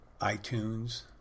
iTunes